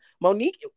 Monique